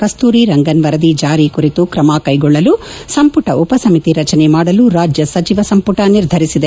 ಕಸ್ತೂರಿ ರಂಗನ್ ವರದಿ ಜಾರಿ ಕುರಿತು ಕ್ರಮ ಕೈಗೊಳ್ಳಲು ಸಂಪುಟ ಉಪಸಮಿತಿ ರಚನೆ ಮಾಡಲು ರಾಜ್ಯ ಸಚಿವ ಸಂಪುಟ ನಿರ್ಧರಿಸಿದೆ